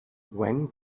when